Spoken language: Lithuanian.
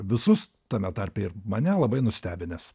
visus tame tarpe ir mane labai nustebinęs